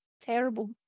Terrible